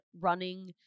running